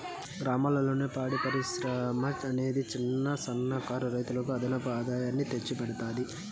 గ్రామాలలో పాడి పరిశ్రమ అనేది చిన్న, సన్న కారు రైతులకు అదనపు ఆదాయాన్ని తెచ్చి పెడతాది